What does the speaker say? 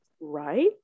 Right